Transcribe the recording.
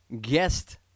guest